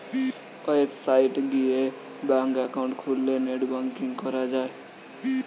website গিয়ে bank account খুললে net banking করা যায়